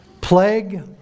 plague